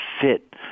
fit